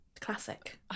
Classic